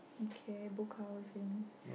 okay Book House same